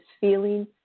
feeling